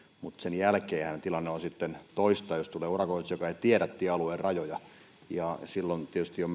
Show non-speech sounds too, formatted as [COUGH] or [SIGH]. mutta sen jälkeenhän tilanne on sitten toinen jos tulee urakoitsija joka ei tiedä tiealueen rajoja niin silloin tietysti on [UNINTELLIGIBLE]